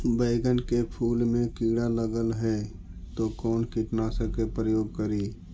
बैगन के फुल मे कीड़ा लगल है तो कौन कीटनाशक के प्रयोग करि?